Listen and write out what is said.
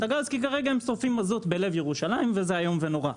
הגז כי כרגע הם שורפים מזוט בלב ירושלים וזה איום ונורא.